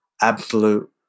absolute